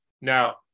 Now